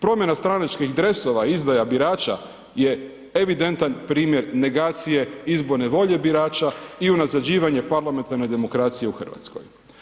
Promjena stranačkih dresova, izdaja birača je evidentan primjer negacije izborne volje birača i unazađivanje parlamentarnoj demokraciji u RH.